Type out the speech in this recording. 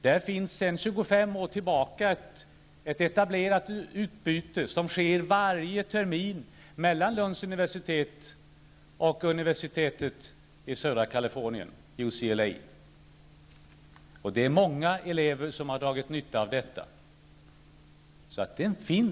Det finns sedan 25 år tillbaka ett etablerat utbyte varje termin mellan Lunds universitet och universitetet i södra Kalifornien, UCLA. Det är många elever som har dragit nytta av detta.